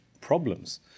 problems